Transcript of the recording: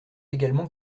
également